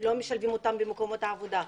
לא משלבים אותם במקומות עבודה,